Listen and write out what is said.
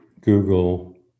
Google